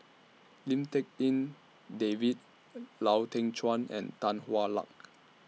Lim Tik En David Lau Teng Chuan and Tan Hwa Luck